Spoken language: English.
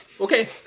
Okay